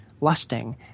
lusting